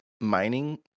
mining